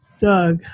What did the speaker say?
doug